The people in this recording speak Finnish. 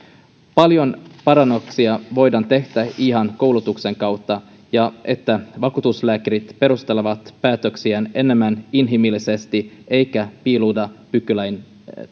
paljon parannuksia voidaan tehdä ihan koulutuksen kautta ja sillä että vakuutuslääkärit perustelevat päätöksiään enemmän inhimillisesti eivätkä piiloudu pykälien